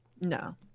no